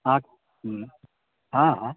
अहाँ हँ हँ